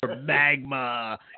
Magma